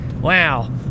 Wow